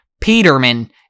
Peterman